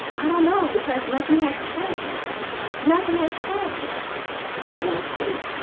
i don't know because nothing has changed nothing has changed in a see.